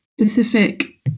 specific